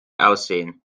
aussehen